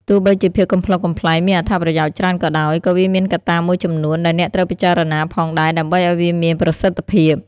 ទោះបីជាភាពកំប្លុកកំប្លែងមានអត្ថប្រយោជន៍ច្រើនក៏ដោយ ក៏វាមានកត្តាមួយចំនួនដែលអ្នកត្រូវពិចារណាផងដែរដើម្បីឱ្យវាមានប្រសិទ្ធភាព។